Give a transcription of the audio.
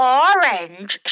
orange